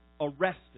arrested